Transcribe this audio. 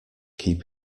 keep